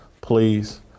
please